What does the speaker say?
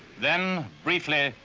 then briefly,